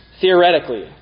theoretically